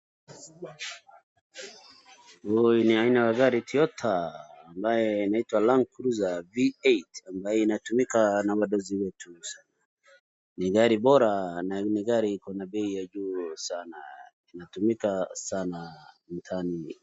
Huyu ni aina wa gari Toyota ambaye inaitwa Landcruiser V8 ambaye inatumika na wadosi wetu. Ni gari bora na ni gari iko na bei ya juu sana. Inatumika sana mtaani.